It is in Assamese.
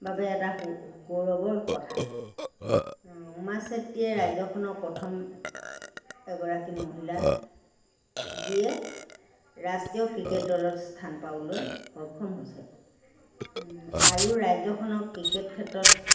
বাবে এটা সু গৌৰৱৰ কথা উমা চেত্ৰীয়ে ৰাজ্যখনৰ প্ৰথম এগৰাকী মহিলা যিয়ে ৰাষ্ট্ৰীয় ক্ৰিকেট দলত স্থান পাবলৈ সক্ষম হৈছে আৰু ৰাজ্যখনৰ ক্ৰিকেট ক্ষেত্ৰত